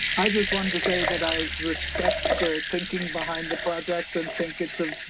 i just wanted to say that i respect the thinking behind the project and think it's a